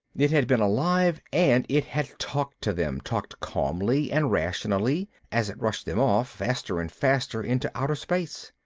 it had been alive, and it had talked to them, talked calmly and rationally, as it rushed them off, faster and faster into outer space.